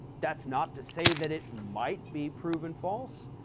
that's not to say that it might be proven false.